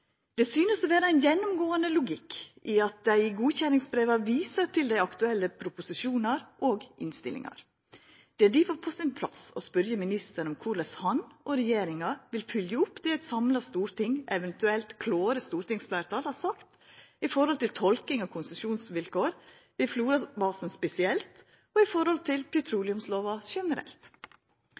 Det synest å vera ein gjennomgåande logikk i at dei i godkjenningsbreva viser til aktuelle proposisjonar og innstillingar. Det er difor på sin plass å spørja ministeren om korleis han og regjeringa vil følgja opp det eit samla storting – eventuelt klare stortingsfleirtal – har sagt om tolking av konsesjonsvilkår ved Florabasen spesielt, og i forhold til petroleumslova generelt.